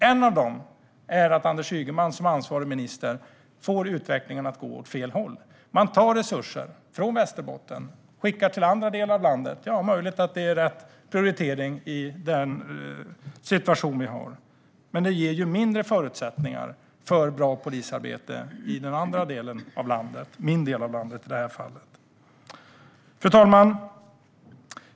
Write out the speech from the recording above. En av dessa är att Anders Ygeman som ansvarig minister får utvecklingen att gå åt fel håll. Man tar resurser från Västerbotten och skickar till andra delar av landet. Ja, det är möjligt att det är rätt prioritering i den situation vi har, men det ger ju mindre förutsättningar för bra polisarbete i andra delar av landet, min del av landet i det här fallet. Fru ålderspresident!